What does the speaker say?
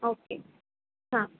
okay हां